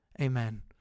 Amen